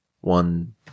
one